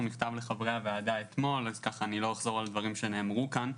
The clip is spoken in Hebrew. מכתב לחברי הוועדה אתמול אז אני לא אחזור על דברים שנאמרו כאן.